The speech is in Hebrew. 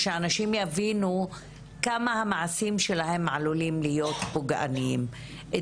את זה כן אפשר לחשוב ביחד איך לעשות את זה.